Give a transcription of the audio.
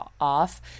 off